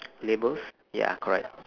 labels ya correct